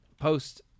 post